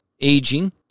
aging